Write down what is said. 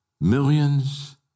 Millions